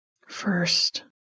First